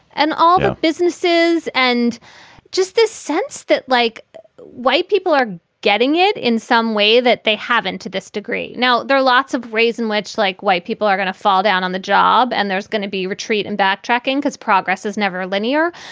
and all but businesses and just this sense that, like white people are getting it in some way that they haven't to this degree. now, there are lots of raisen which, like white people, are going to fall down on the job and there's going to be retreat and backtracking because progress is never linear.